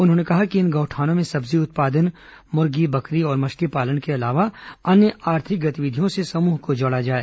उन्होंने कहा कि इन गौठानों में सब्जी उत्पादन मुर्गी बकरी और मछलीपालन के अलावा अन्य आर्थिक गतिविधियों से समूहों को जोड़ा जाए